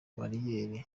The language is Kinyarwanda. bariyeri